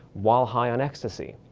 while high on ecstasy.